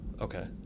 Okay